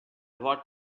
what